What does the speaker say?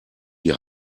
die